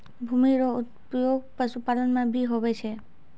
भूमि रो उपयोग पशुपालन मे भी हुवै छै